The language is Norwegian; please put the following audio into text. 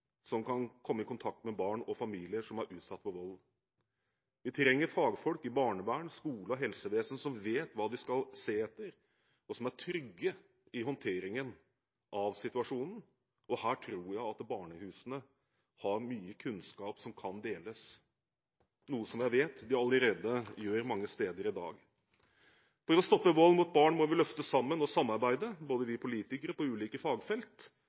som kan komme i kontakt med barn og familier som er utsatt for vold. Vi trenger fagfolk i barnevern, skole og helsevesen som vet hva de skal se etter, og som er trygge i håndteringen av situasjonen. Her tror jeg at barnehusene har mye kunnskap som kan deles, noe jeg vet blir gjort allerede mange steder i dag. For å stoppe vold mot barn må vi løfte sammen og samarbeide – både vi politikere på ulike fagfelt,